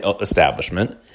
establishment